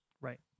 Right